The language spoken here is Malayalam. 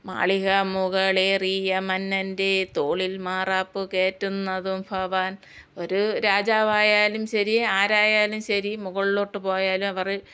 മാളിക മുകളേറിയ മന്നൻ്റെ തോളിൽ മാറാപ്പ് കേറ്റുന്നതും ഭവാൻ ഒരു രാജാവായാലും ശരി ആരായാലും ശരി മുകളിലോട്ട് പോയാലും അവർ